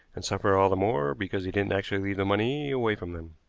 and suffer all the more because he didn't actually leave the money away from them.